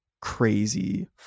crazy